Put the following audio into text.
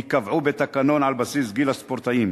ייקבעו בתקנון על בסיס גיל הספורטאים,